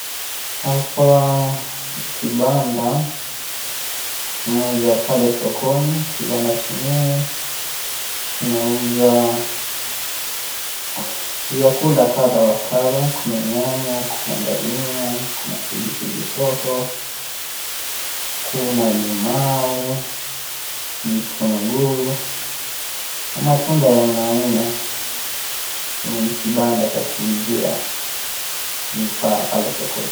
Hapa ni kibanda kimoja pale sokoni kibanda chenyewe kinauza, vyakula kadha wa kadha kuna nyanya , kuna dhania , kuna pilipili hoho, kuna limao , vitunguu na matunda ya aina aina, kwa hivyo ni kibanda cha kuuzia vifaa pale sokoni.